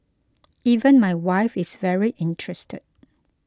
even my wife is very interested